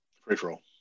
Free-for-all